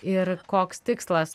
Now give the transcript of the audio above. ir koks tikslas